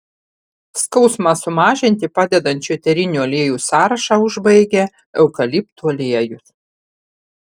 skausmą sumažinti padedančių eterinių aliejų sąrašą užbaigia eukaliptų aliejus